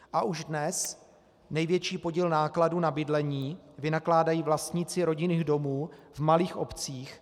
A už dnes největší podíl nákladů na bydlení vynakládají vlastníci rodinných domů v malých obcích.